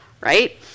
Right